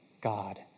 God